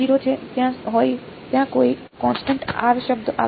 0 છે ત્યાં કોઈ કોન્સટન્ટ r શબ્દ નથી